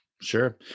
Sure